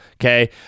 okay